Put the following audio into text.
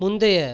முந்தைய